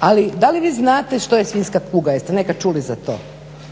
Ali da li vi znate što je svinjska kuga, jeste nekad čuli za to.